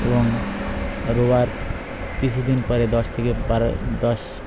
এবং রোয়ার কিছুদিন পরে দশ থেকে বারো দশ